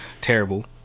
Terrible